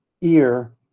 ear